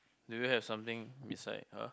do you have something beside her